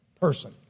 person